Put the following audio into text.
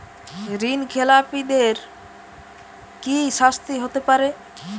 ঋণ খেলাপিদের কি শাস্তি হতে পারে?